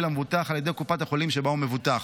למבוטח על ידי קופת החולים שבה הוא מבוטח.